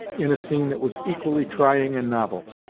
in a scene that was equally trying and novel.